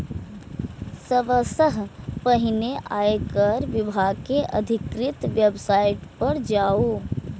सबसं पहिने आयकर विभाग के अधिकृत वेबसाइट पर जाउ